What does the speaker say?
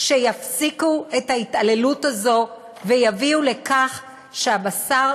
שיפסיקו את ההתעללות הזאת ויביאו לכך שהבשר